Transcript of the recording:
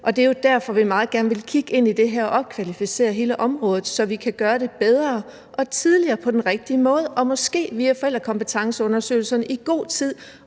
Det er jo derfor, vi meget gerne vil kigge ind i det her og opkvalificere hele området, så vi kan gøre det bedre og tidligere på den rigtige måde og via forældrekompetenceundersøgelserne måske